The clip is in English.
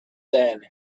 then